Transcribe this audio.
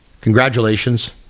congratulations